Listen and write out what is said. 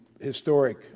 historic